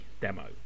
demo